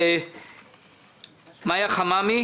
מיה חממי,